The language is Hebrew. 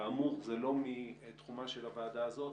כאמור, זה לא מתחומה של הוועדה הזאת